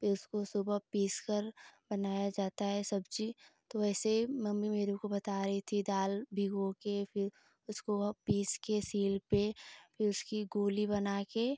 फिर उसको सुबह पीस कर बनाया जाता है सब्जी तो वैसे मम्मी मेरे को बता रही थी दाल भिगो कर फिर उसको पीस कर सील पर फिर उसकी गोली बनाकर